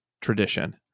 tradition